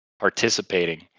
participating